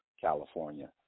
California